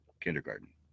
kindergarten